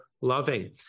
loving